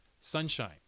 Sunshine